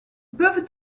peuvent